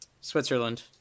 Switzerland